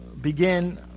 begin